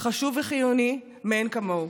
חשוב וחיוני מאין כמוהו.